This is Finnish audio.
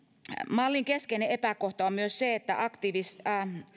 mallin keskeinen epäkohta on myös se että